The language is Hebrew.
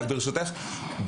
ברשותך,